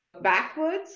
backwards